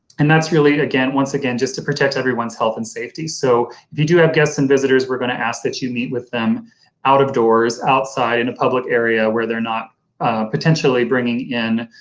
and that's really again, once again, just to protect everyone's health and safety. so if you do have guests and visitors we're going to ask that you meet with them out of doors, outside in a public area where they're not potentially bringing in